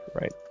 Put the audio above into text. Right